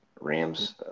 Rams